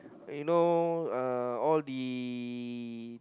you know uh all the